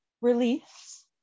release